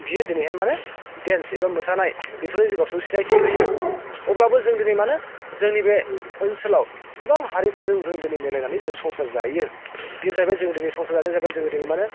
बेयो दिनैहाय माने डेन्स एबा मोसानाय बेफोरो जे गावसोरखौ सिनायथि होयो अब्लाबो जों दिनै माने जोंनि बे ओनसोलाव गोबां हारिफोरजों जों दिनै मिलायनानै जों संसार जायो बेयो जाहैबाय जों दिनै संसार जानाया जाहैबाय जोङो दिनै माने